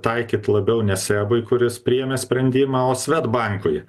taikyt labiau ne sebui kuris priėmė sprendimą o svedbankui